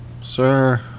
Sir